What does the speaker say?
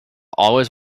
always